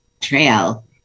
trail